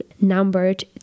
numbered